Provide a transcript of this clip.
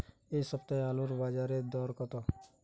এ সপ্তাহে আলুর বাজারে দর কত?